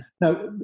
Now